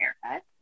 haircut